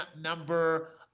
number